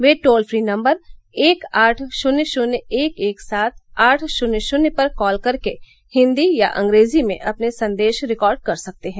वे toll free number एक आठ शून्य शून्य एक एक सात आठ शून्य शून्य पर कॉल करके हिन्दी या अंग्रेजी में अपने संदेश रिकॉर्ड कर सकते हैं